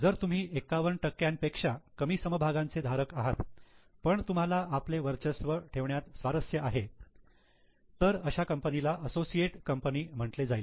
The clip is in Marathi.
जर तुम्ही 51 पेक्षा कमी समभागांचे धारक आहात पण तुम्हाला आपले वर्चस्व ठेवण्यात स्वारस्य आहे तर अशा कंपनीला असोसिएट कंपनी म्हटले जाईल